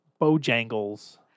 Bojangles